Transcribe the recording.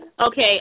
Okay